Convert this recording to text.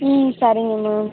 ம் சரிங்க மேம்